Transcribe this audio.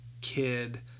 kid